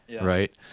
right